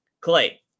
Clay